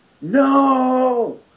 No